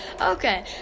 okay